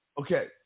Okay